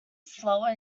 slower